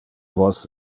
vos